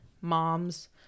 moms